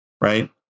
right